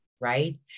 right